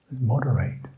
moderate